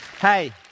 Hey